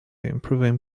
improving